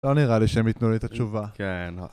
לא נראה לי שהם ייתנו לי את התשובה